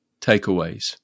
takeaways